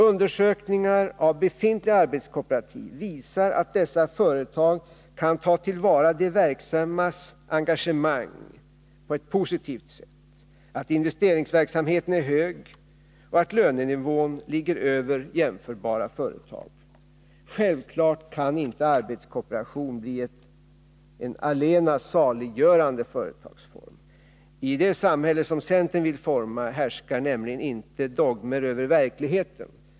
Undersökningar av befintliga arbetskooperativ visar att dessa företag kan ta till vara de verksammas engagemang på ett positivt sätt, att investeringsverksamheten är hög och att lönenivån ligger över nivån i jämförbara företag. Självfallet kan inte arbetskooperationen bli en allena kar saliggörande företagsform. I det samhälle som centern vill forma hä nämligen inte dogmer över verkligheten.